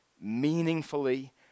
meaningfully